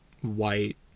white